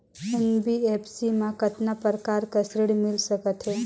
NBFC मा कतना प्रकार कर ऋण मिल सकथे?